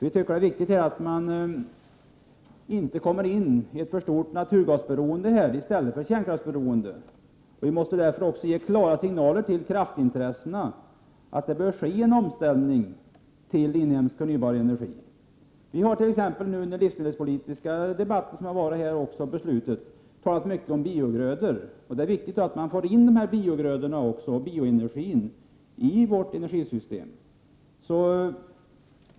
Vi tycker att det är viktigt att inte komma ini ett för stort naturgasberoende i stället för kärnkraftsberoende. Därför måste det ges klara signaler till kraftintressenterna om att det bör ske en omställning till inhemsk, förnybar energi. Under den livsmedelspolitiska debatt som förts har det talats mycket om biogrödor, och det är viktigt att få in också bioenergin i vårt energisystem.